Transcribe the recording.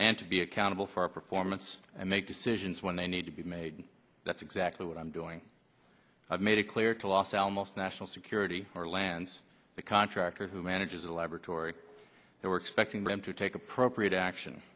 and to be accountable for our performance and make decisions when they need to be made that's exactly what i'm doing i've made it clear to los alamos national security or lands the contractor who manages the laboratory that we're expecting them to take appropriate action